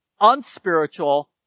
unspiritual